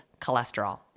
cholesterol